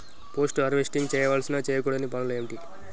Post harvesting చేయవలసిన చేయకూడని పనులు ఏంటి?